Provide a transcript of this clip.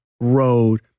road